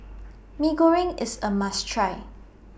Mee Goreng IS A must Try